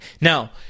Now